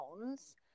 pounds